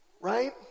right